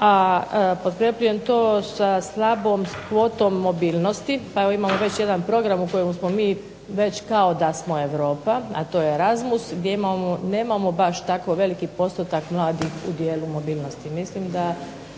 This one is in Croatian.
a potkrjepljujem to sa slabom kvotom mobilnosti, pa evo imamo već jedan program u kojemu smo mi već kao da smo Europa, a to je Erazmus, gdje imamo, nemamo baš tako veliki postotak mladih u dijelu mobilnosti. Mislim da